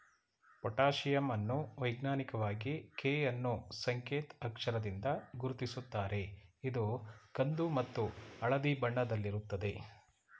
potassium ಅನ್ನು ವೈಜ್ಞಾನಿಕವಾಗಿ K ಅನ್ನೂ ಸಂಕೇತ್ ಅಕ್ಷರದಿಂದ ಗುರುತಿಸುತ್ತಾರೆ ಇದು ಕಂದು ಮತ್ತು ಹಳದಿ ಬಣ್ಣದಲ್ಲಿರುತ್ತದೆ